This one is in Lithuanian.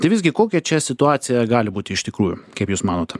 tai visgi kokia čia situacija gali būti iš tikrųjų kaip jūs manot